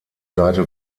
seite